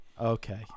Okay